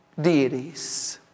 Deities